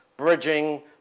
bridging